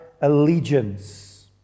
allegiance